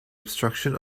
obstruction